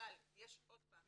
עוד פעם,